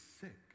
sick